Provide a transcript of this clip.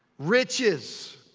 riches.